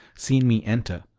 seen me enter,